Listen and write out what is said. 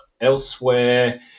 Elsewhere